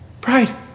Pride